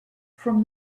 from